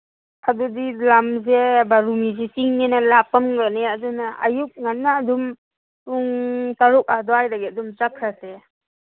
ꯑꯗꯨꯗꯤ ꯂꯝꯁꯦ ꯕꯥꯔꯨꯅꯤꯁꯤ ꯆꯤꯡꯅꯤꯅ ꯂꯥꯞꯄꯝꯒꯅꯤ ꯑꯗꯨꯅ ꯑꯌꯨꯛ ꯉꯟꯅ ꯑꯗꯨꯝ ꯄꯨꯡ ꯇꯔꯨꯛ ꯑꯗꯥꯏꯗꯒꯤ ꯑꯗꯨꯝ ꯆꯠꯈ꯭ꯔꯁꯦ